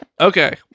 okay